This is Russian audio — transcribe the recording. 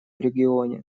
регионе